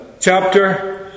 Chapter